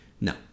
no